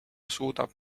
suudab